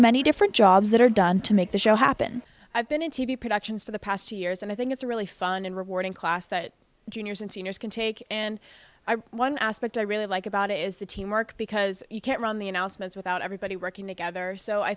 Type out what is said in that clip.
many different jobs that are done to make the show happen i've been in t v productions for the past two years and i think it's a really fun and rewarding class that juniors and seniors can take in one aspect i really like about it is the teamwork because you can't run the announcements without everybody working together so i